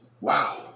Wow